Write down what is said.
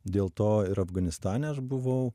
dėl to ir afganistane aš buvau